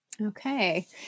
Okay